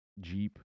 Jeep